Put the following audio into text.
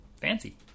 fancy